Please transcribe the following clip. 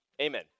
amen